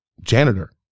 janitor